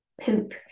poop